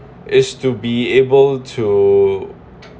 is to be able to